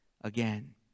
again